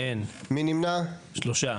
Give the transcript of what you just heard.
2 אושר.